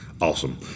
Awesome